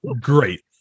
great